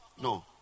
No